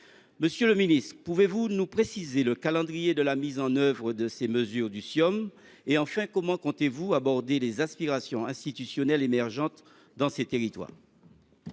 Monsieur le ministre, pouvez vous nous préciser le calendrier de mise en œuvre des mesures du Ciom ? Comment comptez vous aborder les aspirations institutionnelles émergentes dans ces territoires ?